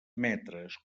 metres